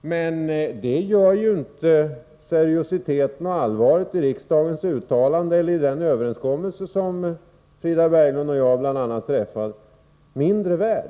Men det gör inte allvaret i riksdagens uttalande eller i den överenskommelse som bl.a. Frida Berglund och jag har träffat mindre.